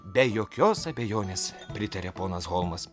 be jokios abejonės pritarė ponas holmas